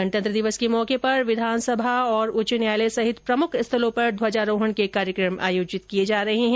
गणतंत्र दिवस के मौके पर विधानसभा और उच्च न्यायालय सहित प्रमुख स्थलों पर ध्वाजारोहण के कार्यक्रम आयोजित किए जा रहे है